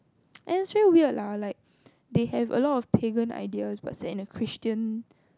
actually weird lah like they have a lot of pagan ideas but set in the Christian